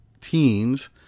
teens